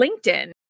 LinkedIn